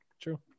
True